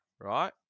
Right